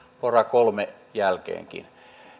pora kolmen jälkeenkin